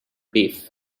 beef